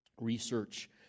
research